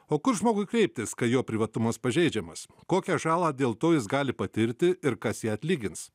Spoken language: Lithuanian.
o kur žmogui kreiptis kai jo privatumas pažeidžiamas kokią žalą dėl to jis gali patirti ir kas ją atlygins